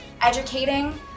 educating